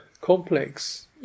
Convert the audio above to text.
complex